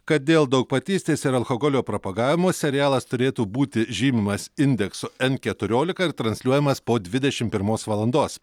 kad dėl daugpatystės ir alkoholio propagavimo serialas turėtų būti žymimas indeksu n keturiolika ir transliuojamas po dvidešim pirmos valandos